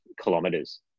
kilometers